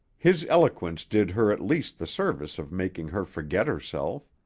his eloquence did her at least the service of making her forget herself.